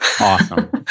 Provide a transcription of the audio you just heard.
Awesome